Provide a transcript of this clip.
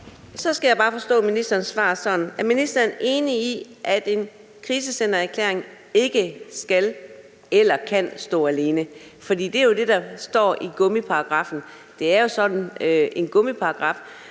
Så skal jeg bare forstå ministerens svar: Er ministeren enig i, at en krisecentererklæring ikke kan eller skal stå alene? For det er jo det, der står i gummiparagraffen. For det er jo sådan en gummiparagraf,